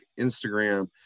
Instagram